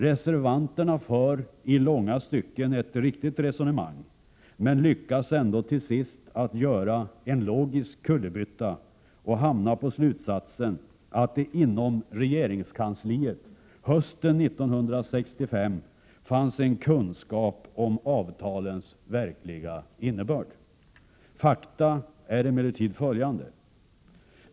Reservanterna för i långa stycken ett riktigt resonemang, men lyckas ändå till sist göra en logisk kullerbytta och komma till slutsatsen att det inom regeringskansliet hösten 1965 fanns kunskap om avtalens verkliga innebörd. Fakta är emellertid följande.